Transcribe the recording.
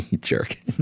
jerk